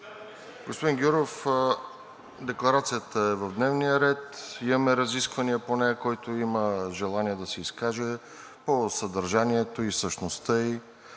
Господин Гюров, Декларацията е в дневния ред, имаме разисквания по нея. Който има желание да се изкаже по съдържанието и същността ѝ,